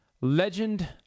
Legend